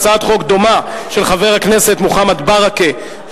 הצעת חוק דומה של חבר הכנסת מוחמד ברכה,